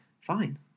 fine